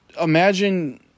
imagine